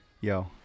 Yo